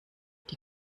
die